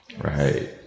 Right